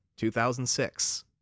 2006